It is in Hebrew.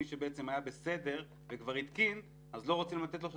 מי שהיה בסדר וכבר התקין אז לא רוצים לתת לו את